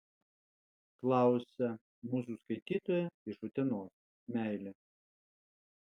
klausia mūsų skaitytoja iš utenos meilė